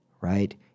right